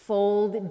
Fold